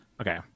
Okay